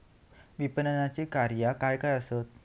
विपणनाची कार्या काय काय आसत?